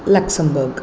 Luxembourg